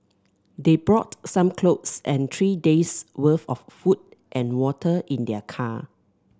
they brought some clothes and three days' worth of food and water in their car